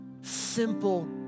simple